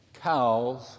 cows